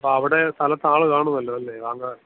അപ്പോൾ അവിടെ സ്ഥലത്ത് ആളു കാണുമല്ലോ അല്ലേ വാങ്ങാൻ